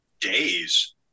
days